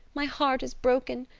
my heart is broken.